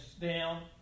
down